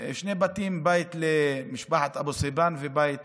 שני בתים: בית למשפחת אבו-סהיבאן ובית